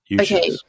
Okay